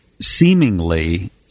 seemingly